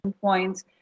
points